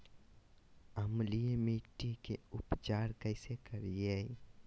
अम्लीय मिट्टी के उपचार कैसे करियाय?